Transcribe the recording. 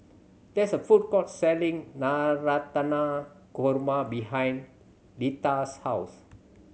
there is a food court selling Navratan Korma behind Leta's house